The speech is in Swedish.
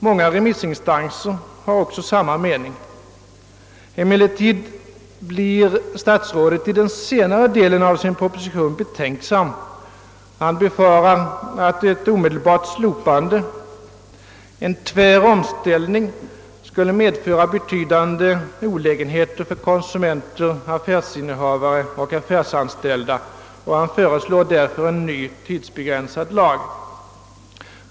Många remissinstanser har också samma mening. Emellertid blir statsrådet i den senare delen av sin proposition betänksam. Han befarar att ett omedelbart slopande, en tvär omställning, skulle medföra betydande olägenheter för konsumenter, affärsinnehavare och affärsanställda och föreslår därför en ny tidsbegränsad lag.